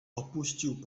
opuścił